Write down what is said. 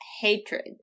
hatred